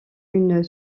une